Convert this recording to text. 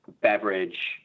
beverage